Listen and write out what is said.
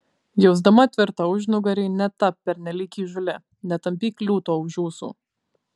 jausdama tvirtą užnugarį netapk pernelyg įžūli netampyk liūto už ūsų